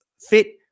fit